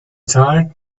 tired